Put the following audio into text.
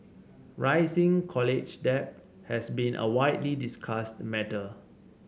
rising college debt has been a widely discussed matter